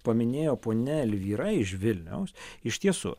paminėjo ponia elvyra iš vilniaus iš tiesų